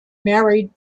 married